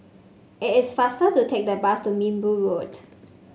it is faster to take the bus to Minbu Road